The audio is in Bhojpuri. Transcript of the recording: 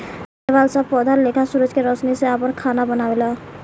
शैवाल सब पौधा लेखा सूरज के रौशनी से आपन खाना बनावेला